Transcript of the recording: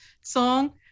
song